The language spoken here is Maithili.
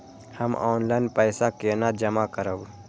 हम ऑनलाइन पैसा केना जमा करब?